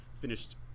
finished